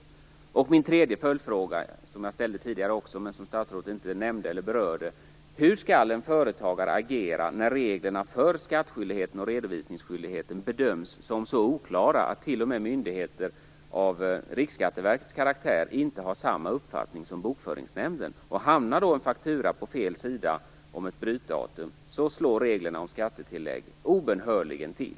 Jag har en tredje följdfråga som jag också ställde tidigare, men som statsrådet inte nämnde eller berörde. Hur skall en företagare agera när reglerna för skattskyldigheten och redovisningsskyldigheten bedöms som så oklara att t.o.m. myndigheter av Riksskatteverkets karaktär inte har samma uppfattning som Bokföringsnämnden. Hamnar då en faktura på fel sida om ett brytdatum slår reglerna om skattetillägg obönhörligen till.